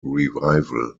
revival